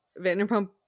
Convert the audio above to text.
Vanderpump